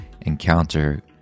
encounter